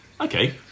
Okay